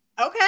okay